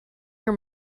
your